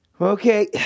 Okay